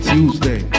Tuesday